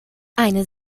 eine